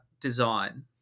design